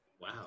Wow